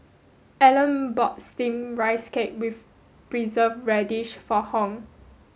Ellen bought steamed rice cake with preserved radish for Hung